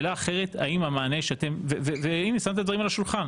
אני שם את הדברים על השולחן.